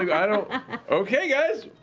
i don't okay, guys!